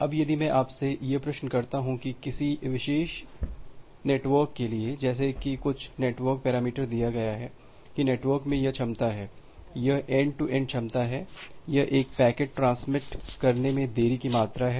अब यदि मैं आपसे यह प्रश्न करता हूं कि किसी विशिष्ट नेटवर्क के लिए जैसे कि कुछ नेटवर्क पैरामीटर दिया गया है कि नेटवर्क में यह क्षमता है यह एंड टू एंड क्षमता है यह एक पैकेट ट्रांसमिट करने में देरी की मात्रा है